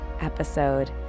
episode